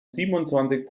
siebenundzwanzig